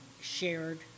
shared